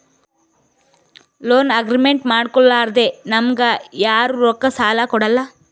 loan agreement ಮಾಡ್ಕೊಲಾರ್ದೆ ನಮ್ಗ್ ಯಾರು ರೊಕ್ಕಾ ಸಾಲ ಕೊಡಲ್ಲ